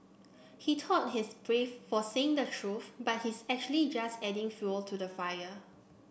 he thought he's brave for saying the truth but he's actually just adding fuel to the fire